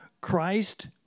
Christ